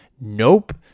Nope